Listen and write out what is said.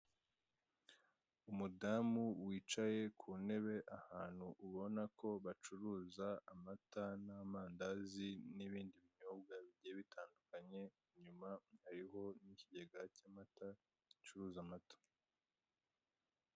Umudamu wicaye ku ntebe ahantu ubona ko bacuruza amata n'amandazi n'ibindi binyobwa bigiye bitandukanye, inyuma hariho ikigega cy'amata gicuruza amata.